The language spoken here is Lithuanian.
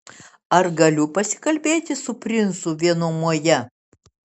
ar galiu pasikalbėti su princu vienumoje